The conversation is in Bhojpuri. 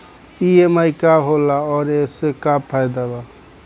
ई.एम.आई का होला और ओसे का फायदा बा?